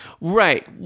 right